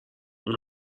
اون